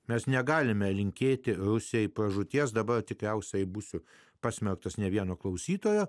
mes negalime linkėti ausiai pražūties dabar tikriausiai būsiu pasmerktas ne vieno klausytojo